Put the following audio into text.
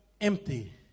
empty